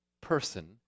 person